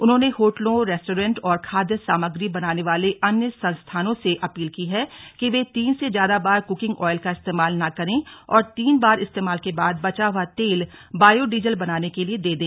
उन्होंने होटलों रेस्टोरेंट और खाद्य सामग्री बनाने वाले अन्य संस्थानों से अपील की है कि वे तीन से ज्यादा बार कुकिंग ऑयल का इस्तेमाल न करें और तीन बार इस्तेमाल के बाद बचा हुए तेल बायोडीजल बनाने के लिए दे दें